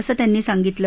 असं त्यांनी सांगितलं